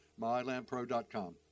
Mylandpro.com